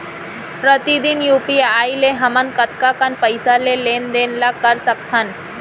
प्रतिदन यू.पी.आई ले हमन कतका कन पइसा के लेन देन ल कर सकथन?